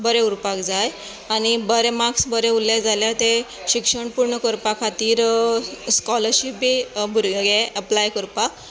बरे उरपाक जाय आनी बरे मार्क्स बरे उरले जाल्यार ते शिक्षण पूर्ण करपा खातीर स्कॉलशीप बी हें अप्लाय करपाक